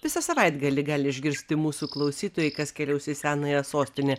visą savaitgalį gali išgirsti mūsų klausytojai kas keliaus į senąją sostinę